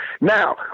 Now